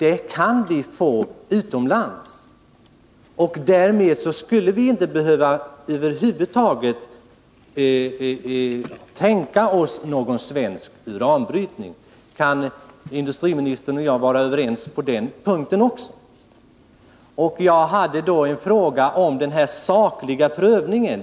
I så fall skulle vi över huvud taget inte behöva reflektera över någon svensk uranbrytning. Kan industriministern och jag vara överens även på den punkten? Jag hade också en fråga beträffande den sakliga prövningen.